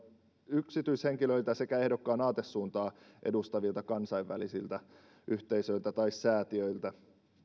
yksityishenkilöiltä sekä ehdokkaan aatesuuntaa edustavilta kansainvälisiltä yhteisöiltä tai säätiöiltä